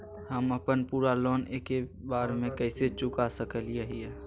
हम अपन पूरा लोन एके बार में कैसे चुका सकई हियई?